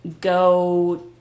go